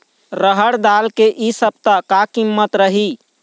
रहड़ दाल के इ सप्ता का कीमत रही?